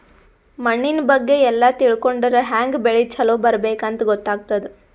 ಮಣ್ಣಿನ್ ಬಗ್ಗೆ ಎಲ್ಲ ತಿಳ್ಕೊಂಡರ್ ಹ್ಯಾಂಗ್ ಬೆಳಿ ಛಲೋ ಬೆಳಿಬೇಕ್ ಅಂತ್ ಗೊತ್ತಾಗ್ತದ್